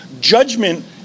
judgment